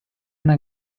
una